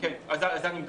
נכון, על זה אני מדבר.